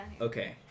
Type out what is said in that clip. Okay